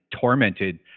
tormented